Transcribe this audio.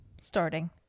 starting